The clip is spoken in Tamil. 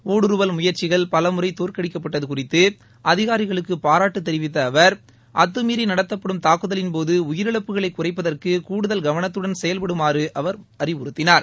ஊடுறுவல் முயற்சிகள் பலமறை தோற்கடிக்கப்பட்டது குறித்து அதிகாரிகளுக்கு பாராட்டு தெிவித்த அவர் அத்துமீறி நடத்தப்படும் தாக்குதலின்போது உயிரிழப்புகளை குறைப்பதற்கு கூடுதல் கவனத்துடன் செயல்படுமாறு அவர் அறிவுறுத்தினார்